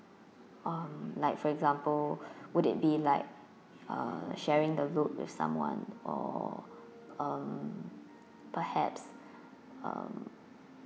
um like for example would it be like uh sharing the load with someone or uh perhaps um